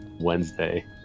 Wednesday